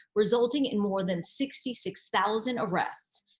resulting in more than sixty six thousand arrests.